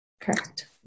Correct